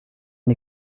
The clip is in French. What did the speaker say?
une